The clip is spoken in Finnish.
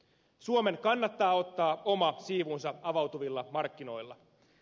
suomen kannattaa ottaa oma siivunsa avautuvilla markkinoilla